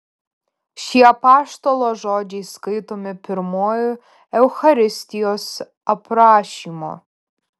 šie apaštalo žodžiai skaitomi pirmuoju eucharistijos aprašymu